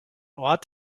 ort